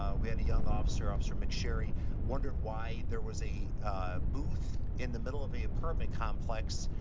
ah we had a young officer, officer mcsherry wondered why there was a booth in the middle of a apartment complex.